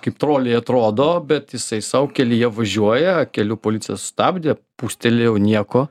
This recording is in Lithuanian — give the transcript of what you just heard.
kaip troliai atrodo bet jisai sau kelyje važiuoja kelių policija sustabdė pūstelėjau nieko